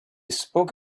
spoke